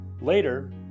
Later